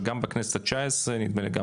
אבל אני זוכר שגם בכנסת 19 נדמה לי,